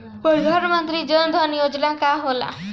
प्रधानमंत्री जन धन योजना का होला?